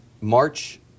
March